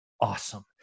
awesome